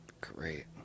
Great